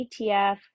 ETF